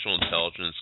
intelligence